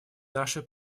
наша